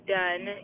done